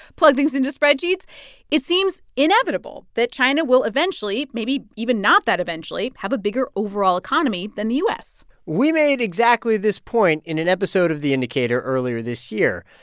plug things into spreadsheets it seems inevitable that china will eventually, maybe even not that eventually have a bigger overall economy than the u s we made exactly this point in an episode of the indicator earlier this year.